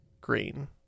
green